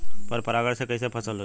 पर परागण से कईसे फसल होई?